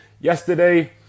Yesterday